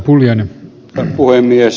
arvoisa puhemies